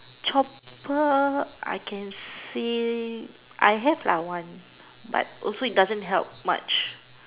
chopper I can see I have lah one also it doesn't help much